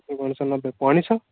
ସପୁରୀ ପଣସ ନବେ ପଣସ